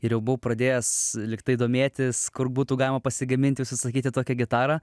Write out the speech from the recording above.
ir jau buvau pradėjęs lyg tai domėtis kur būtų galima pasigaminti užsisakyti tokią gitarą